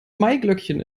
maiglöckchen